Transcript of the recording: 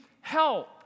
help